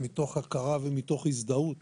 הכרה ומתוך הזדהות